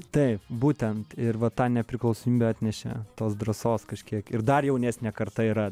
taip būtent ir va ta nepriklausomybė atnešė tos drąsos kažkiek ir dar jaunesnė karta yra